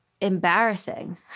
embarrassing